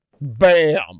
Bam